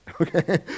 okay